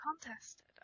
contested